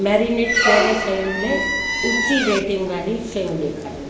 marinate कयल शयुनि में ऊंची रेटिंग वारियूं शयूं ॾेखारियो